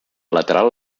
lateral